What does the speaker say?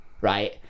right